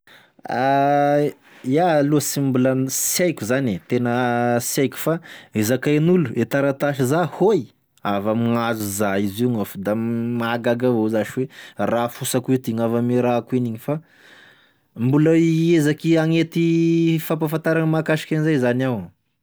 Iaho aloha sy mbola- sy aiko zany e, tena sy haiko fa e zakain'olo, e taratasy izà hoy avy amign'hazo za izy io na fo da mahagaga avao izasy oe raha fosy akô ty gny avy ame raha akô n'igny fa mbola hiezaky hagnety fampafantara mahakasiky an'izay zany iao.